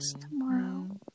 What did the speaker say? tomorrow